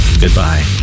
goodbye